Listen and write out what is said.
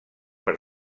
per